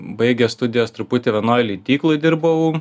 baigęs studijas truputį vienoj leidykloj dirbau